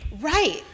Right